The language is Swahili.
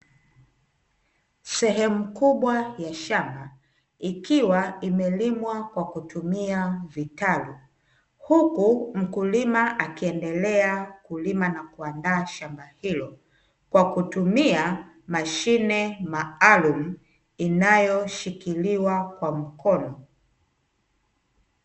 Sehemu kubwa ya shamba ikiwa imelimwa kwa kutumia vitalu, huku mkulima akiendelea kulima na kuandaa shamba hilo kwa kutumia mashine maalumu inayoshikiliwa kwa mkono.